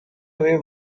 away